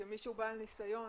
כמי שהוא בעל ניסיון,